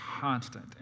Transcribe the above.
constant